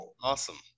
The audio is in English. awesome